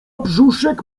brzuszek